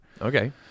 Okay